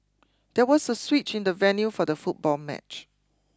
there was a switch in the venue for the football match